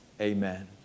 amen